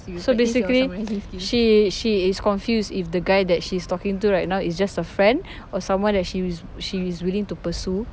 so basically she she is confused if the guy that she's talking to right now is just a friend or someone that she is she is willing to pursue